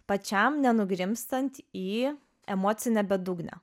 pačiam nenugrimztant į emocinę bedugnę